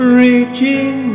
reaching